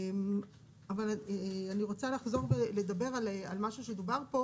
אבל אני רוצה לחזור ולדבר על משהו שדובר פה,